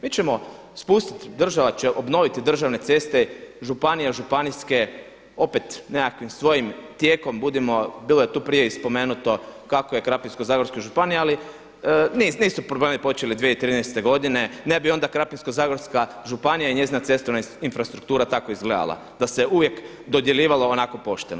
Mi ćemo spustiti, država će obnoviti državne ceste, županija županijske opet nekakvim svojim tijekom, budimo, bilo je tu prije i spomenuto kako je Krapinsko-zagorska županija ali nisu problemi počeli 2013. godine, ne bi onda Krapinsko-zagorska županija i njezina cestovne infrastruktura tako izgledala da se uvijek dodjeljivala onako pošteno.